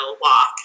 walk